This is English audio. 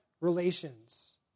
relations